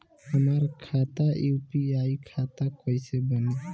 हमार खाता यू.पी.आई खाता कईसे बनी?